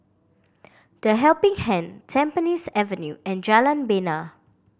The Helping Hand Tampines Avenue and Jalan Bena